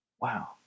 Wow